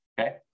okay